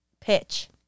pitch